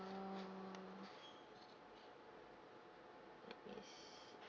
um yes